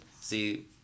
See